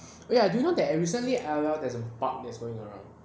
oh ya do you know that recently L_O_L there's a bug that's going around